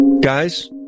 Guys